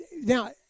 now